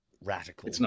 radical